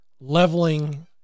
leveling